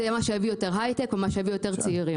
זה מה שיביא יותר הייטק ומה שיביא יותר צעירים.